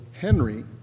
Henry